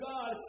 God